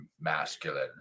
masculine